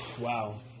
Wow